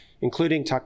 including